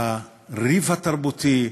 הריב התרבותי,